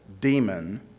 demon